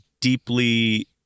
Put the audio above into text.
deeply